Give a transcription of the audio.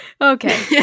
Okay